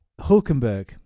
hulkenberg